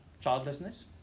childlessness